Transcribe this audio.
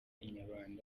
inyarwanda